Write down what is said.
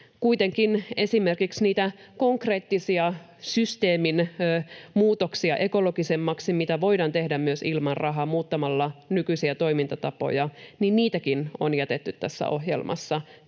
esimerkiksi niitä konkreettisia systeemin muutoksia ekologisemmaksi, mitä voidaan tehdä myös ilman rahaa muuttamalla nykyisiä toimintatapoja, on jätetty tässä ohjelmassa